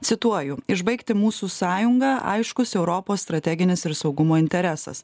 cituoju išbaigti mūsų sąjungą aiškus europos strateginis ir saugumo interesas